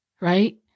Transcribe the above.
right